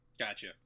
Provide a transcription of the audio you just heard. Gotcha